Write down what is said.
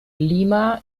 lima